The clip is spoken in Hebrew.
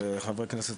חברי כנסת,